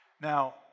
Now